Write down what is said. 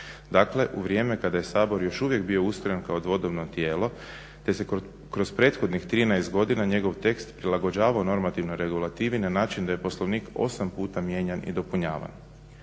dakle u vrijeme kada je Sabor još uvijek bio ustrojen kao dvodomno tijelo te se kroz prethodnih 13 godina njegov tekst prilagođavao normativnoj regulativi na način da je Poslovnik 8 puta mijenjan i dopunjavan.